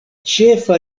ĉefa